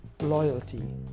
loyalty